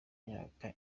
imyaka